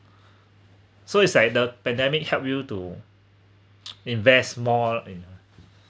so is like the pandemic help you to invest more in